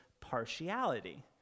partiality